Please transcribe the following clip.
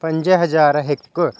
पंज हज़ार हिकु